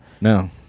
No